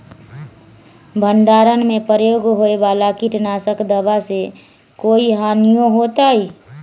भंडारण में प्रयोग होए वाला किट नाशक दवा से कोई हानियों होतै?